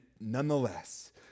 nonetheless